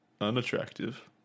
unattractive